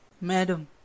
Madam